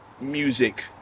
music